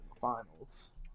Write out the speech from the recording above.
finals